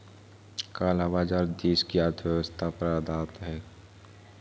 काला बाजार देश की अर्थव्यवस्था पर आघात करता है